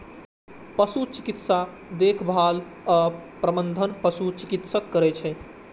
पशु चिकित्सा देखभाल आ प्रबंधन पशु चिकित्सक करै छै